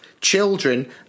children